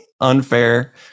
Unfair